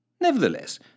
Nevertheless